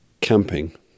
camping